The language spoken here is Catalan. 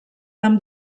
amb